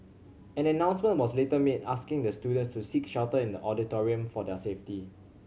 an announcement was later was made asking the students to seek shelter in the auditorium for their safety